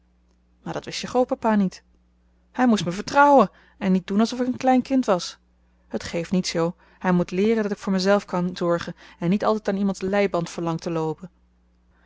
maar dat wist je grootpapa niet hij moest mij vertrouwen en niet doen of ik een klein kind was het geeft niets jo hij moet leeren dat ik voor mezelf kan zorgen en niet altijd aan iemands leiband verlang te loopen